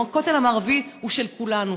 הכותל המערבי הוא של כולנו,